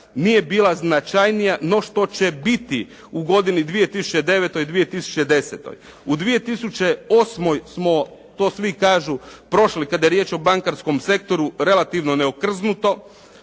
nije bila značajnija no što će biti u godini 2009., 2010. U 2008. smo, to svi kažu, prošli kada je riječ o bankarskom sektoru, relativno neokrznuto,